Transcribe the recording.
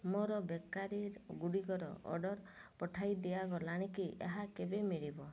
ମୋର ବେକେରୀ ଗୁଡ଼ିକର ଅର୍ଡ଼ର୍ ପଠାଇ ଦିଆଗଲାଣି କି ଏହା କେବେ ମିଳିବ